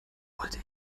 wollte